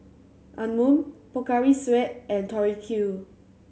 Anmum Pocari Sweat and Tori Q